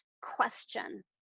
question